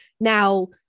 Now